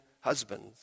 husbands